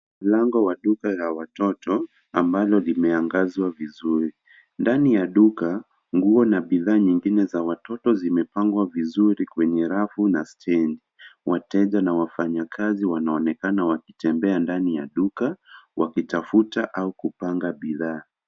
Lango la duka la watoto ambalo limeangazwa vizuri ndani ya duka nguo na bidhaa nyingine za watoto zimepangwa vizuri kwenye rafu na stendi wateja na wafanyakazi wanaonekana wakitembea ndani ya duka wakitafuta au kupanga bidhaa.